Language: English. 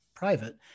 private